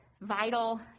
vital